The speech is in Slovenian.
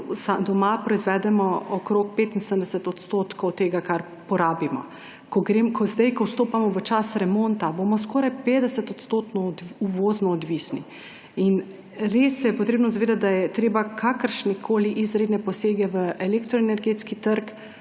doma proizvedemo okoli 75 % tega, kar porabimo. Zdaj ko vstopamo v čas remonta, bomo skoraj 50-odstotno % uvozno odvisni. Res se je treba zavedati, da je treba premisliti kakršnekoli izredne posege v elektroenergetski trg,